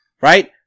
Right